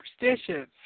superstitions